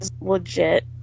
legit